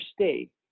state